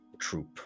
troop